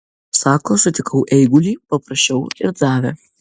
sako sutikau eigulį paprašiau ir davė